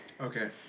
Okay